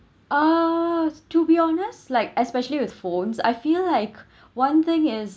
uh to be honest like especially with phones I feel like one thing is